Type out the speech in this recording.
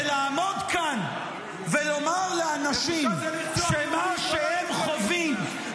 כי לעמוד כאן ולומר לאנשים שמה שהם חווים